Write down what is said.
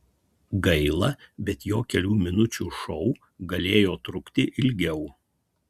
gaila bet jo kelių minučių šou galėjo trukti ilgiau